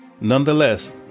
Nonetheless